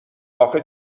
آخه